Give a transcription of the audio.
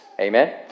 Amen